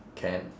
can